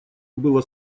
было